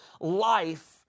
life